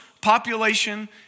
population